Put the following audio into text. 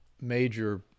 major